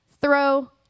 throw